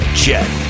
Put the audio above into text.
jet